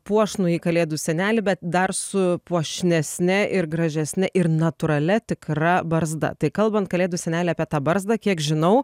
puošnųjį kalėdų senelį bet dar su puošnesne ir gražesne ir natūralia tikra barzda tai kalbant kalėdų seneli apie tą barzdą kiek žinau